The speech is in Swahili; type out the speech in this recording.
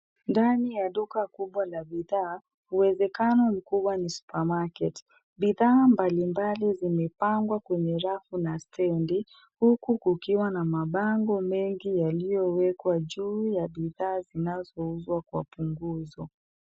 Ndani ya duka kubwa la bidhaa, uwezekano mkubwa ni supermarket . Bidhaa mbalimbali zimepangwa kwenye rafu na stendi, huku kukiwa na mabango mengi yaliyowekwa juu ya bidhaa zinazouzwa kwa punguzo.